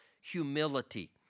humility